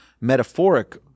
metaphoric